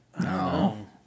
No